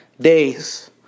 days